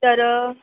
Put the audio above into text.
तर